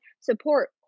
support